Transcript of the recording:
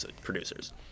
producers